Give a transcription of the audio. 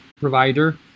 provider